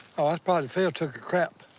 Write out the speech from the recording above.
oh that's probably phil took a crap.